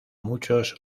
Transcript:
muchos